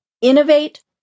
Innovate